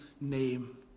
name